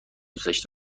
دوسش